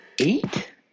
eight